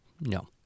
No